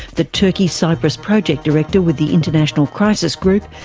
the turkey cyprus project director with the international crisis group,